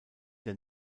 der